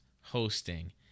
hosting